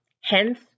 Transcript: Hence